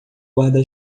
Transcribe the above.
guarda